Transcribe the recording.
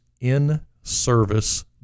in-service